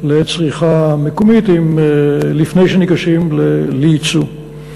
לצריכה מקומית, לפני שניגשים לייצוא.